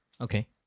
Okay